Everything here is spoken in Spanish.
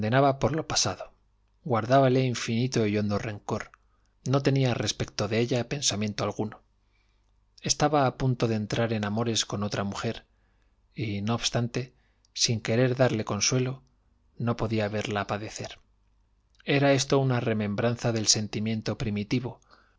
por lo pasado guardábale infinito y hondo rencor no tenía respecto de ella pensamiento alguno estaba a punto de entrar en amores con otra mujer y no obstante sin querer darle consuelo no podía verla padecer era esto una remembranza del sentimiento primitivo